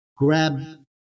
grab